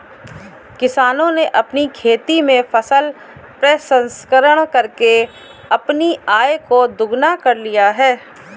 किसानों ने अपनी खेती में फसल प्रसंस्करण करके अपनी आय को दुगना कर लिया है